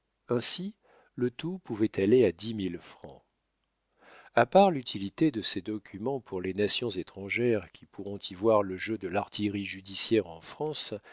ainsi le tout pouvait aller à dix mille francs a part l'utilité de ces documents pour les nations étrangères qui pourront y voir le jeu de l'artillerie judiciaire en france